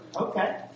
Okay